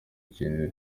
kinini